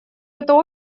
это